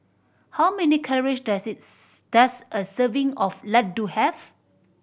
how many calories does is does a serving of laddu have